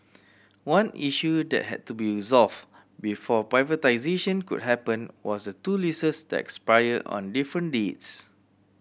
one issue that had to be resolve before privatisation could happen was the two leases that expire on different dates